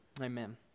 Amen